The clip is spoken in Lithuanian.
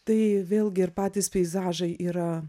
tai vėlgi ir patys peizažai yra